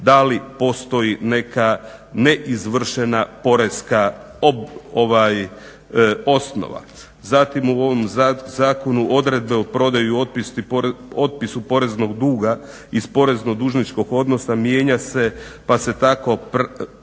da li postoji neka ne izvršena poreska osnova. Zatim u ovom zakonu odredbe o prodaji otpisu poreznog duga iz porezno-dužničkog odnosa mijenja se pa se tako pravima